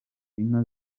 inka